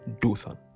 Dothan